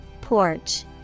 Porch